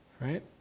Right